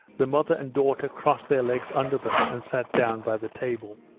the mother and daughter crossed their legs under them and sat down by the table.